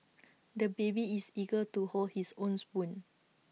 the baby is eager to hold his own spoon